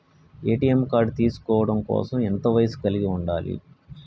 ATM card తీసుకోవడం కోసం ఎంత వయస్సు కలిగి ఉండాలి?